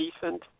decent